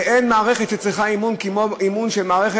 ואין מערכת שצריכה אמון כמו הפרקליטות,